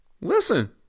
Listen